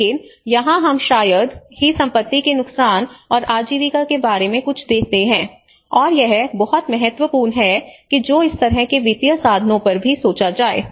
लेकिन यहां हम शायद ही संपत्ति के नुकसान और आजीविका के बारे में कुछ देते हैं और यह बहुत महत्वपूर्ण है कि जो इस तरह के वित्तीय साधनों पर भी सोचा जाए